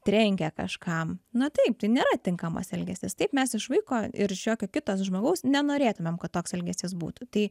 trenkė kažkam na taip tai nėra tinkamas elgesys taip mes iš vaiko ir iš jokio kito žmogaus nenorėtumėm kad toks elgesys būtų tai